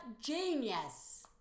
genius